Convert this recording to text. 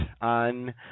on